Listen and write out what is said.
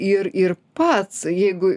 ir ir pats jeigu